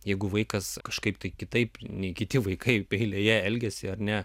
jeigu vaikas kažkaip tai kitaip nei kiti vaikai eilėje elgiasi ar ne